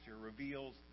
reveals